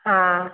हाँ